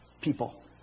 people